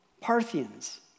Parthians